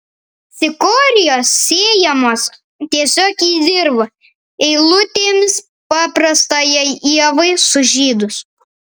cikorijos sėjamos tiesiog į dirvą eilutėmis paprastajai ievai sužydus